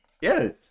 Yes